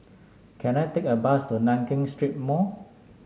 can I take a bus to Nankin Street Mall